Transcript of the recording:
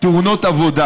תאונות עבודה.